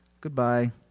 Goodbye